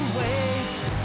wait